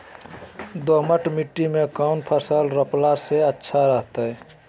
दोमट मिट्टी में कौन फसल रोपला से अच्छा रहतय?